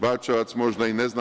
Bačevac možda i ne zna.